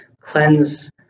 cleanse